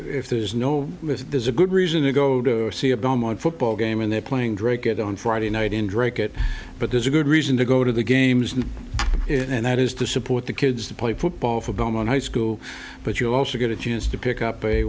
if there's no if there's a good reason to go to see a belmont football game and they're playing drake it on friday night in draycott but there's a good reason to go to the games and that is to support the kids to play football for bowman high school but you also get a chance to pick up a